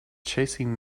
chasing